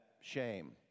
shame